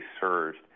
surged